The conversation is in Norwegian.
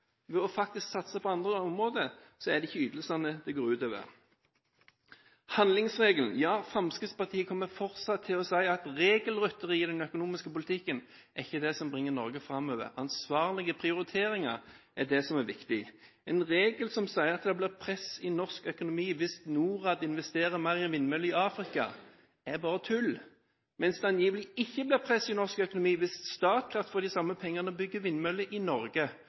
ved å faktisk satse på andre områder, så er det ikke ytelsene det går ut over. Handlingsregelen: Ja, Fremskrittspartiet kommer fortsatt til å si at regelrytteri i den økonomiske politikken er ikke det som bringer Norge framover. Ansvarlige prioriteringer er det som er viktig. En regel som sier at det blir press i norsk økonomi hvis NORAD investerer mer i vindmøller i Afrika, er bare tull, mens det angivelig ikke blir press i norsk økonomi hvis Statkraft får de samme pengene og bygger vindmøller i Norge.